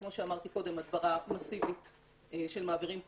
וכמו שאמרתי קודם הדברה אגרסיבית של מעבירים פוטנציאליים.